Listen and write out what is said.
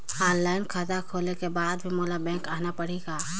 Online खाता खोले के बाद भी मोला बैंक आना पड़ही काय?